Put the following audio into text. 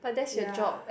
ya